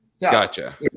gotcha